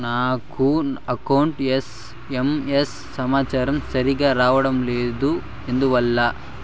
నాకు నా account SMS సమాచారము సరిగ్గా రావడం లేదు ఎందువల్ల?